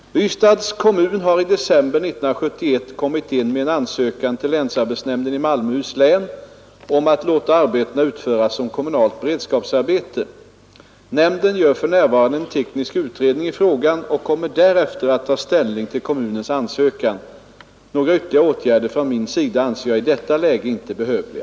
Ystads kommun har i december 1971 kommit in med en ansökan till länsarbetsnämnden i Malmöhus län om att låta arbetena utföras som kommunalt beredskapsarbete. Nämnden gör för närvarande en teknisk utredning i frågan och kommer därefter att ta ställning till kommunens ansökan. Några ytterligare åtgärder från min sida anser jag i detta läge inte behövliga.